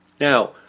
Now